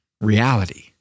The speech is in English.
reality